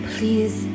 Please